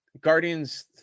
guardians